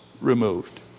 removed